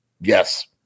Yes